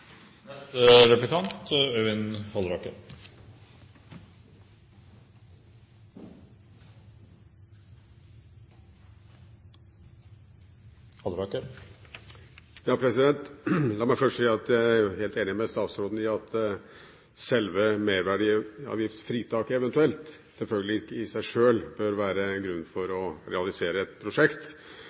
La meg først si at jeg er helt enig med statsråden i at merverdiavgiftsfritaket selvfølgelig ikke i seg selv bør være grunn for å realisere et prosjekt.